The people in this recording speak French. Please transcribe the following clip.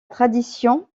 tradition